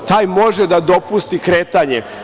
Taj može da dopusti kretanje.